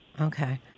Okay